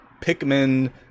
Pikmin